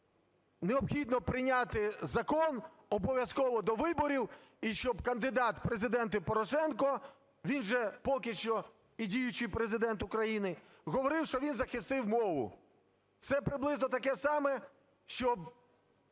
необхідно прийняти закон обов'язково до виборів, і щоб кандидат в Президенти Порошенко, він же поки що і діючий Президент України, говорив, що він захистив мову. Це приблизно таке саме, щоб